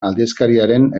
aldizkariaren